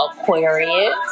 Aquarius